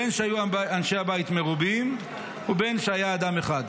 בין שהיו אנשי הבית מרובים ובין שהיה אדם אחד".